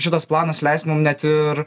šitas planas leis mum net ir